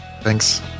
Thanks